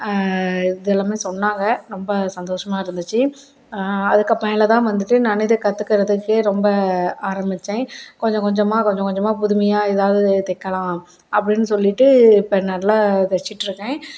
இதெல்லாமே சொன்னாங்க ரொம்ப சந்தோஷமாக இருந்துச்சு அதுக்கு மேலேதான் வந்துட்டு நான் இதை கற்றுக்கறதுக்கே ரொம்ப ஆரம்பித்தேன் கொஞ்சம் கொஞ்சமாக கொஞ்சம் கொஞ்சமாக புதுமையாக எதாவது தைக்கலாம் அப்படின் சொல்லிவிட்டு இப்போ நல்லா தச்சிட்டிருக்கேன்